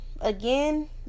again